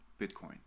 bitcoin